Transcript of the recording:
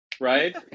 right